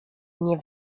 nie